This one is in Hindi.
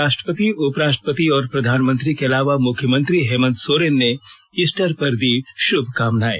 राष्ट्रपति उपराष्ट्रपति और प्रधानमंत्री के अलावा मुख्यमंत्री हेमंत सोरेन ने भी ईस्टर पर दी शुभकामनाएं